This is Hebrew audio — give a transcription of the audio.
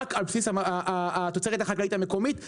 רק על בסיס התוצרת החקלאית המקומית,